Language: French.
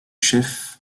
chef